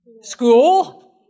School